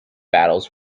battles